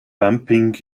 bumping